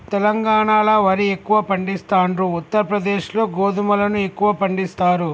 తెలంగాణాల వరి ఎక్కువ పండిస్తాండ్రు, ఉత్తర ప్రదేశ్ లో గోధుమలను ఎక్కువ పండిస్తారు